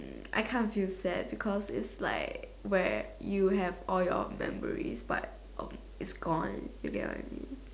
mm I kind of feel sad because its like where you have all your memories but um it's gone you get what I mean